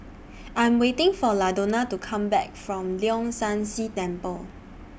I'm waiting For Ladonna to Come Back from Leong San See Temple